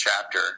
chapter